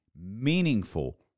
meaningful